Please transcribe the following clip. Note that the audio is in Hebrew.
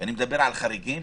ועל חריגים